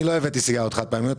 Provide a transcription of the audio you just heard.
אני לא הבאתי סיגריות חד פעמיות,